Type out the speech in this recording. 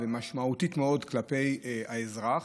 ומשמעותית מאוד כלפי האזרח.